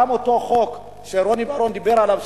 גם אותו חוק שרוני בר-און דיבר עליו,